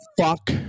Fuck